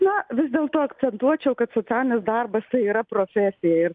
na vis dėlto akcentuočiau kad socialinis darbas tai yra profesija ir